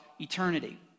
eternity